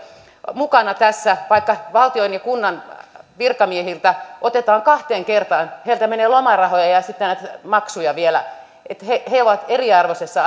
mukana tässä vaikka valtion ja kunnan virkamiehiltä otetaan kahteen kertaan heiltä menee lomarahoja ja sitten näitä maksuja vielä niin että he he ovat eriarvoisessa